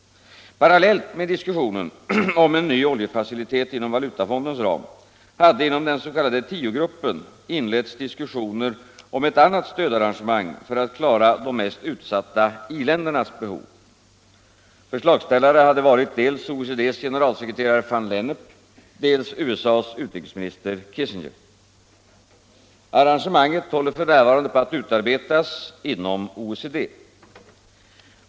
Parallellt med diskussionen om en ny oljefacilitet inom Valutafondens ram hade inom den s.k. tiogruppen inletts diskussioner om ett annat stödarrangemang för att klara de mest utsatta i-ländernas behov. Förslagsställare hade varit dels OECD:s generalsekreterare van Lennep, dels USA:s utrikesminister Kissinger. Arrangemanget håller f. n. på att utarbetas inom OECD.